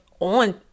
On